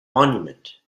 monument